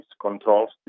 controls